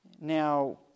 now